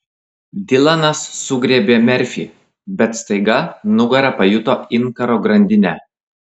dilanas sugriebė merfį bet staiga nugara pajuto inkaro grandinę